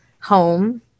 home